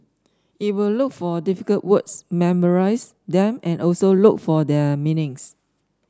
it will look for difficult words memorise them and also look for their meanings